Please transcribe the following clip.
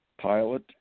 pilot